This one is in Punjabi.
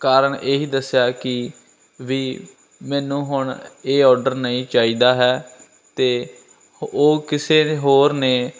ਕਾਰਨ ਇਹੀ ਦੱਸਿਆ ਕਿ ਵੀ ਮੈਨੂੰ ਹੁਣ ਇਹ ਆਰਡਰ ਨਹੀਂ ਚਾਹੀਦਾ ਹੈ ਅਤੇ ਉਹ ਕਿਸੇ ਹੋਰ ਨੇ